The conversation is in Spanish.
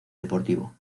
deportivo